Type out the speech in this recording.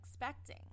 expecting